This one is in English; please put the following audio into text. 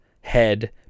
head